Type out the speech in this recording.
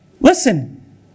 Listen